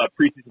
preseason